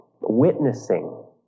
witnessing